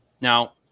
Now